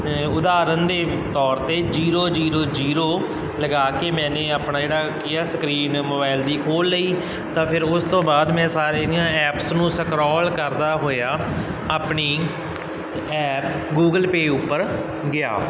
ਉਦਾਹਰਣ ਦੇ ਤੌਰ 'ਤੇ ਜ਼ੀਰੋ ਜ਼ੀਰੋ ਜ਼ੀਰੋ ਲਗਾ ਕੇ ਮੈਨੇ ਆਪਣਾ ਜਿਹੜਾ ਕੀ ਆ ਸਕਰੀਨ ਮੋਬਾਇਲ ਦੀ ਖੋਲ੍ਹ ਲਈ ਤਾਂ ਫਿਰ ਉਸ ਤੋਂ ਬਾਅਦ ਮੈਂ ਸਾਰੀਆਂ ਜਿਹੜੀਆਂ ਐਪਸ ਨੂੰ ਸਕਰੋਲ ਕਰਦਾ ਹੋਇਆ ਆਪਣੀ ਐਪ ਗੂਗਲ ਪੇਅ ਉੱਪਰ ਗਿਆ